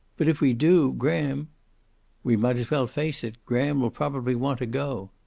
but if we do, graham we might as well face it. graham will probably want to go.